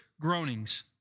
groanings